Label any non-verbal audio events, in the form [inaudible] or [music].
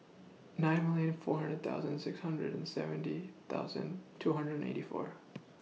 nine million four hundred thousand six hundred and seventy thousand two hundred and eighty four [noise]